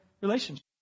relationship